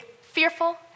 fearful